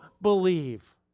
believe